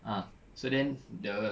ah so then the